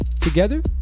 Together